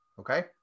Okay